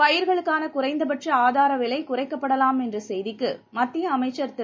பயிர்களுக்கானகுறைந்தபட்சஆதாரவிலைகுறைக்கப்படலாம் என்றசெய்திக்குமத்தியஅமைச்சர் திரு